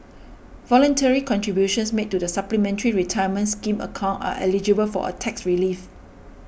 voluntary contributions made to the Supplementary Retirement Scheme account are eligible for a tax relief